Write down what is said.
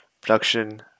production